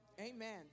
Amen